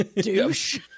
Douche